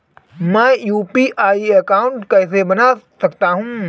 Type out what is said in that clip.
मैं UPI account कैसे बना सकता हूं?